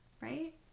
right